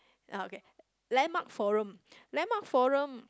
ya okay landmark forum landmark forum